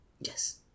Yes